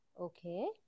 Okay